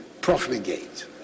profligate